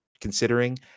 considering